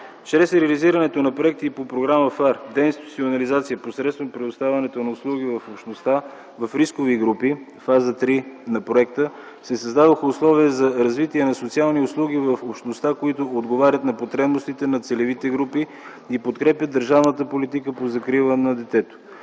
Чрез реализирането на проекти по програма ФАР, „Деинституционализация посредством предоставянето на услуги в общността в рискови групи” – фаза 3 на проекта, се създадоха условия за развитие на социални услуги в общността, които отговарят на потребностите на целевите групи и подкрепят държавната политика по закрила на детето.